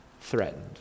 threatened